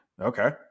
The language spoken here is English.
Okay